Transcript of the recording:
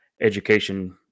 education